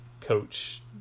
coach